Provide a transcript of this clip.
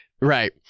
right